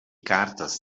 cartas